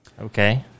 Okay